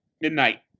Midnight